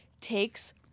takes